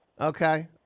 okay